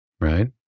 right